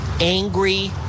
angry